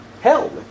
Hell